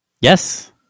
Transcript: Yes